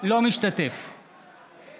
משתתף בהצבעה